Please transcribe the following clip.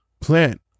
plant